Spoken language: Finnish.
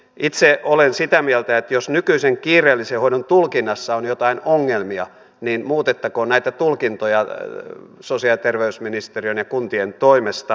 itse olen sitä mieltä että jos nykyisen kiireellisen hoidon tulkinnassa on jotain ongelmia niin muutettakoon näitä tulkintoja sosiaali ja terveysministeriön ja kuntien toimesta